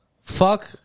Fuck